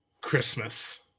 Christmas